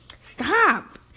Stop